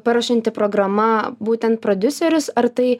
paruošianti programa būtent prodiuserius ar tai